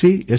C S